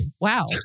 wow